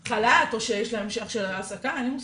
חל"ת, או שיש להן העסקה, אין לי מושג.